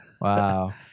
Wow